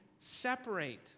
separate